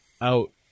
out